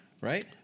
right